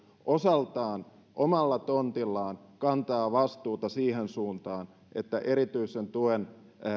osaltaan omalla tontillaan kantaa vastuuta siihen suuntaan että erityisen tuen